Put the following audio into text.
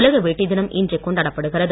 உலக வேட்டி தினம் இன்று கொண்டாடப்படுகிறது